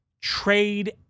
Trade